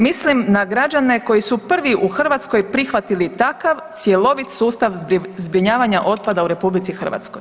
Mislim na građane koji su prvi u Hrvatskoj prihvatili takav cjelovit sustav zbrinjavanja otpada u RH.